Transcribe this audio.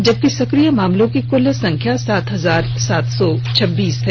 जबकि सक्रिय मामलों की कुल संख्या सात हजार सात सौ छब्बीस है